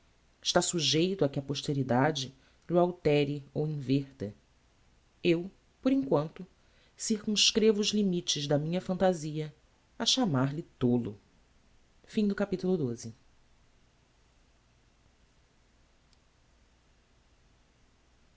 está sujeito a que a posteridade lh'o altere ou inverta eu por em quanto circumscrevo os limites da minha phantasia a chamar-lhe tolo